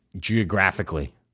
geographically